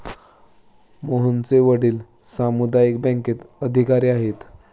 मोहनचे वडील सामुदायिक बँकेत अधिकारी आहेत